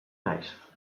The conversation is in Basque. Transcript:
naiz